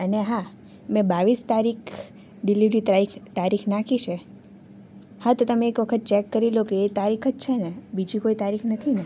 અને હા મેં બાવીસ તારીખ ડિલિવરી તારીખ તારીખ નાખી છે હા તો તમે એક વખત ચેક કરી લો કે એ તારીખ જ છે બીજી કોઈ તારીખ નથી ને